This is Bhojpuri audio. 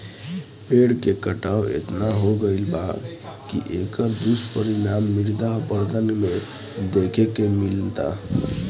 पेड़ के कटाव एतना हो गईल बा की एकर अब दुष्परिणाम मृदा अपरदन में देखे के मिलता